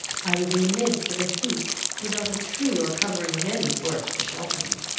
i was in the midst of a heath, without a tree or covering of any sort to shelter me.